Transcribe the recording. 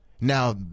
Now